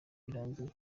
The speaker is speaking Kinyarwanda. birangiye